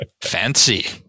Fancy